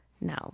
No